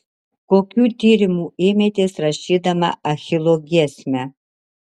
kokių tyrimų ėmėtės rašydama achilo giesmę